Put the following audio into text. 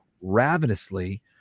ravenously